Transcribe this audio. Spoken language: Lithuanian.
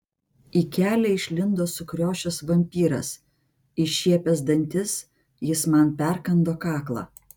į kelią išlindo sukriošęs vampyras iššiepęs dantis jis man perkando kaklą